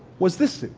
was this